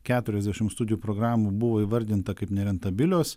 keturiasdešim studijų programų buvo įvardinta kaip nerentabilios